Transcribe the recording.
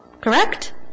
Correct